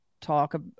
talk